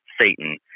Satan